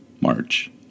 March